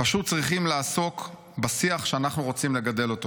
פשוט צריכים לעסוק בשיח שאנחנו רוצים לגדל.